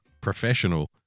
professional